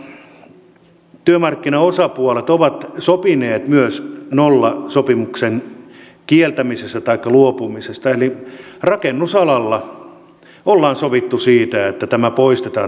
työmarkkinoilla työmarkkinaosapuolet ovat sopineet myös nollasopimuksen kieltämisestä taikka siitä luopumisesta eli rakennusalalla ollaan sovittu siitä että tämä järjestelmä poistetaan